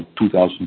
2,000